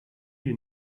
you